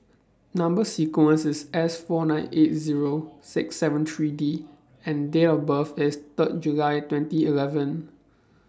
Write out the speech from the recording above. Number sequence IS S four nine eight Zero six seven three D and Date of birth IS Third July twenty eleven